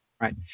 right